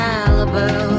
Malibu